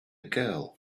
girl